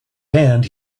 hand